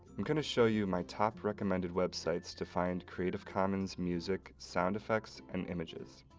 i'm going to show you my top recommended websites to find creative commons music, sound effects, and images,